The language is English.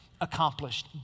accomplished